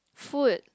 food